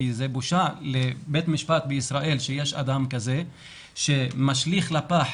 כי זה בושה לבית משפט בישראל שיש אדם כזה שמשליך לפח